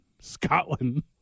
Scotland